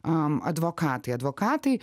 a advokatai advokatai